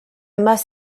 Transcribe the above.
must